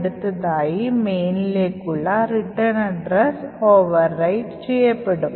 അടുത്തതായി mainക്കുള്ള റിട്ടൺ അഡ്രസ്സ്പുനരാലേഖനം ചെയ്യപ്പെടും